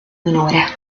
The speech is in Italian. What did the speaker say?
minore